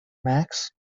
max